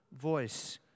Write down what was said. voice